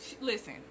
listen